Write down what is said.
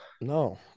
No